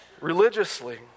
Religiously